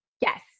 yes